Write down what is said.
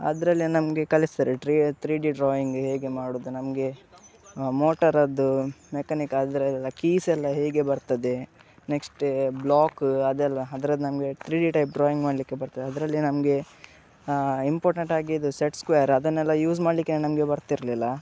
ಅದರಲ್ಲಿ ನಮಗೆ ಕಲಿಸ್ತಾರೆ ಥ್ರೀ ಥ್ರೀ ಡಿ ಡ್ರಾಯಿಂಗ್ ಹೇಗೆ ಮಾಡೋದು ನಮಗೆ ಮೋಟಾರದ್ದು ಮೆಕ್ಯಾನಿಕಲ್ ಅದ್ರಲ್ಲೆಲ್ಲ ಕೀಸ್ಯೆಲ್ಲ ಹೇಗೆ ಬರ್ತದೆ ನೆಕ್ಸ್ಟ್ ಬ್ಲಾಕ್ ಅದೆಲ್ಲ ಅದ್ರದ್ದು ನಮಗೆ ಥ್ರೀ ಡಿ ಟೈಪ್ ಡ್ರಾಯಿಂಗ್ ಮಾಡಲಿಕ್ಕೆ ಬರ್ತದೆ ಅದರಲ್ಲಿ ನಮಗೆ ಇಂಪಾರ್ಟೆಂಟ್ ಆಗಿ ಇದು ಸೆಟ್ ಸ್ಕ್ವಾರ್ ಅದನ್ನೆಲ್ಲ ಯೂಸ್ ಮಾಡ್ಲಿಕ್ಕೇನೆ ನಮಗೆ ಬರ್ತಿರ್ಲಿಲ್ಲ